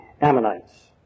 Ammonites